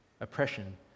Oppression